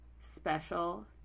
special